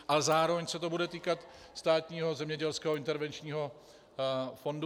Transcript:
Ale zároveň se to bude týkat Státního zemědělského intervenčního fondu.